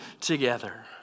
together